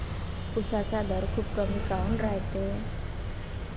उसाचा दर खूप कमी काऊन रायते?